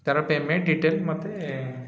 ତାର payment detail ମୋତେ